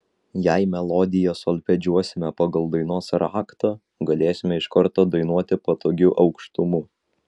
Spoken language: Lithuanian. jei melodiją solfedžiuosime pagal dainos raktą galėsime iš karto dainuoti patogiu aukštumu